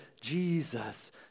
Jesus